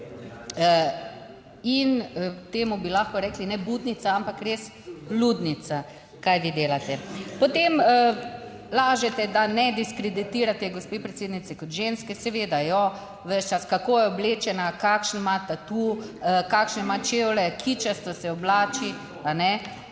In temu bi lahko rekli, ne budnica, ampak res ludnica, kaj vi delate. Potem lažete, da ne diskreditirate gospe predsednice, kot ženske. Seveda jo, ves čas, kako je oblečena, kakšen ima tatu, kakšne ima čevlje, kičasto se oblači, a ne,